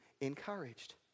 encouraged